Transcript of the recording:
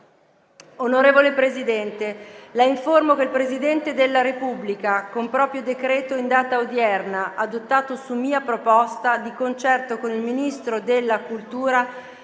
«Onorevole Presidente, La informo che il Presidente della Repubblica, con proprio decreto in data odierna, adottato su mia proposta, di concerto con il Ministro della cultura,